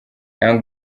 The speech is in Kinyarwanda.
young